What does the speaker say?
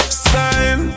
sign